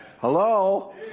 Hello